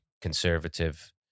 conservative